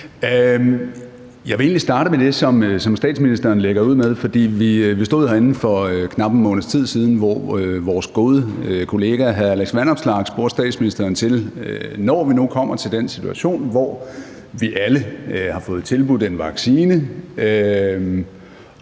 Jeg vil egentlig starte med det, som statsministeren lagde ud med. Vi stod herinde fra knap en måneds tid siden, hvor vores gode kollega hr. Alex Vanopslagh spurgte statsministeren om, hvorvidt hun, når vi nu kommer til den situation, hvor vi alle har fået tilbudt en vaccine,